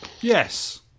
Yes